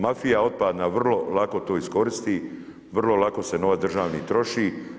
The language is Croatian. Mafija otpadna vrlo lako to iskoristi, vrlo lako se novac državni troši.